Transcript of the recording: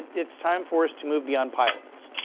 it's time for us to move beyond pilots.